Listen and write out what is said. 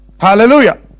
Hallelujah